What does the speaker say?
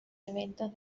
eventos